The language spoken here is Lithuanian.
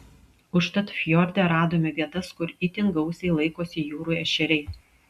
užtat fjorde radome vietas kur itin gausiai laikosi jūrų ešeriai